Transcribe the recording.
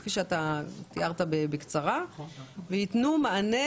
כפי שתיארת בקצרה וייתנו מענה,